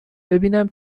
ببینم